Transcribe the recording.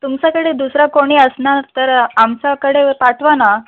तुमचाकडे दुसरा कोणी असणार तर आमच्याकडे पाठवा ना